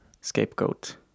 scapegoat